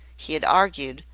he had argued,